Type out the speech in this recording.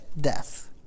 death